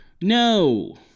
No